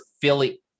Philly